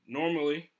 normally